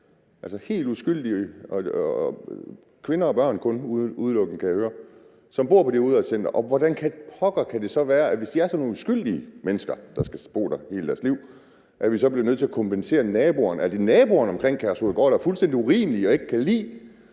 altså helt uskyldige, udelukkende kvinder og børn, kan jeg høre, der bor på det udrejsecenter? Og hvordan pokker kan det så være, hvis de er sådan nogle uskyldige mennesker, der skal bo der hele deres liv, at vi så bliver nødt til at kompensere naboerne? Er det naboerne omkring Kærshovedgård, der er fuldstændig urimelige og ikke kan lide